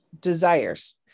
desires